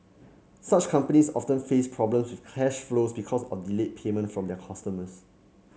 such companies often face problems with cash flow because of delayed payment from their customers